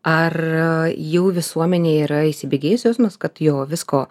ar jau visuomenė yra įsibėgėjusios kad jo visko